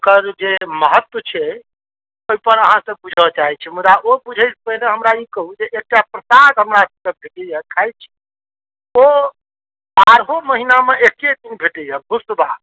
ओकर जे महत्व छै ओहि पर अहाँ से बुझऽ चाहै छी मुदा ओ बुझै से पहिने हमरा ई कहू जे एक टा प्रसाद हमरा सबके भेटैए खाइ छी ओ बारहोँ महीनामे एक्के दिन भेटैए भुसबा